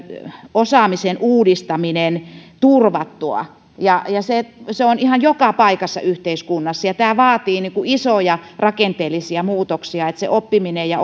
osaamisen uudistaminen turvattua se se on ihan joka paikassa yhteiskunnassa ja tämä vaatii isoja rakenteellisia muutoksia että se oppiminen ja